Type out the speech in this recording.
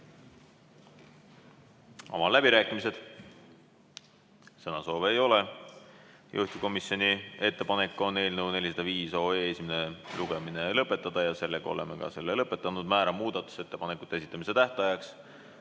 Avan läbirääkimised. Sõnasoove ei ole. Juhtivkomisjoni ettepanek on eelnõu 405 esimene lugemine lõpetada ja me oleme selle ka lõpetanud. Määran muudatusettepanekute esitamise tähtajaks